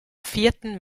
vierten